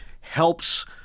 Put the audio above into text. helps